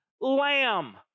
lamb